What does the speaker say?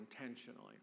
intentionally